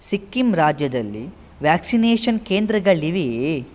ಸಿಕ್ಕಿಂ ರಾಜ್ಯದಲ್ಲಿ ವ್ಯಾಕ್ಸಿನೇಷನ್ ಕೇಂದ್ರಗಳಿವೆಯೇ